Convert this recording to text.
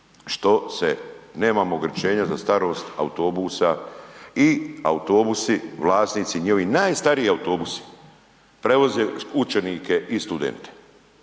što se nemamo ograničenja za starost autobusa i autobusi vlasnici njihovi, najstariji autobusi prevoze učenike i studente.